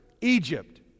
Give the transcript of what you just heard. Egypt